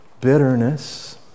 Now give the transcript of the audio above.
bitterness